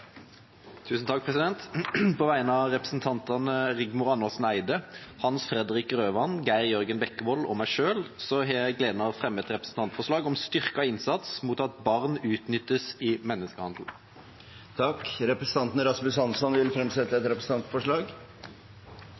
På vegne av stortingsrepresentantene Rigmor Andersen Eide, Hans Fredrik Grøvan, Geir Jørgen Bekkevold og meg selv har jeg gleden av å fremme et representantforslag om styrket innsats mot at barn utnyttes i menneskehandel. Representanten Rasmus Hansson vil fremsette et representantforslag.